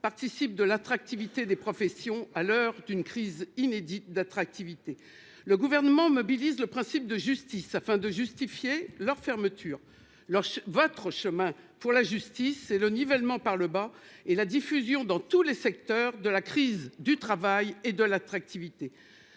participe à l'attractivité des professions à l'heure d'une crise inédite en la matière. Le Gouvernement mobilise le principe de justice afin de justifier leur fermeture, mais votre chemin pour la justice est le nivellement par le bas et la diffusion dans tous les secteurs de la crise du travail et de l'attractivité.